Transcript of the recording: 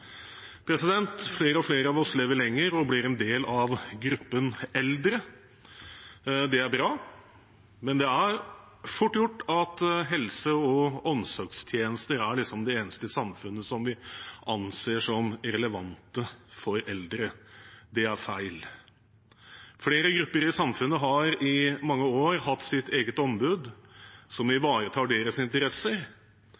Flere og flere av oss lever lenger og blir en del av gruppen eldre. Det er bra, men det er fort gjort at helse- og omsorgstjenester liksom er det eneste i samfunnet vi anser som relevant for eldre. Det er feil. Flere grupper i samfunnet har i mange år hatt sitt eget ombud som